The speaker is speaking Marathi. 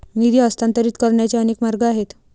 निधी हस्तांतरित करण्याचे अनेक मार्ग आहेत